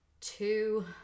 two